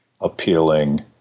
appealing